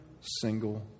single